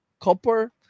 copper